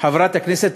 חברת הכנסת,